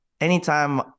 anytime